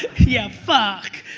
yeah, fuck.